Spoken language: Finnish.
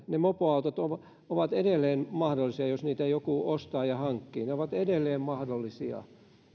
ne mopoautot ovat ovat edelleen mahdollisia jos niitä joku ostaa ja hankkii ne ovat edelleen mahdollisia